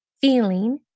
feeling